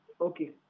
Okay